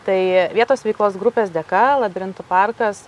tai vietos veiklos grupės dėka labirintų parkas